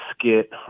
skit